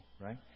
right